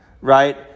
right